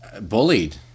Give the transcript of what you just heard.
bullied